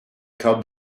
cub